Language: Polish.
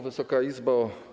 Wysoka Izbo!